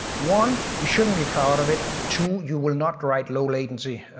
one, you shouldn't be proud of it. two, you will not write low latency